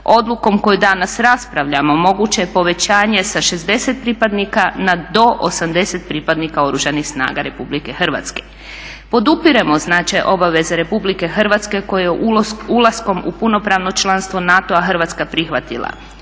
Odlukom koju danas raspravljamo moguće je povećanje sa 60 pripadnika na do 80 pripadnika Oružanih snaga RH. Podupiremo znači obaveze RH koje je ulaskom u punopravno članstvo NATO-a Hrvatska prihvatila,